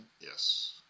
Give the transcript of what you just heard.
Yes